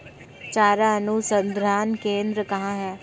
चारा अनुसंधान केंद्र कहाँ है?